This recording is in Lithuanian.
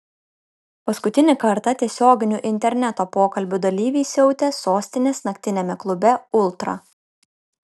paskutinį kartą tiesioginių interneto pokalbių dalyviai siautė sostinės naktiniame klube ultra